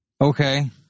Okay